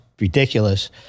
ridiculous